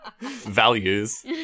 Values